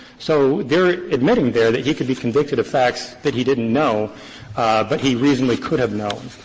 so they're admitting there that he could be convicted of facts that he didn't know but he reasonably could have known.